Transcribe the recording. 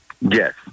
Yes